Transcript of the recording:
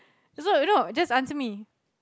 so you know just answer me